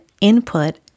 input